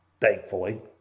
thankfully